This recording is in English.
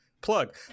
plug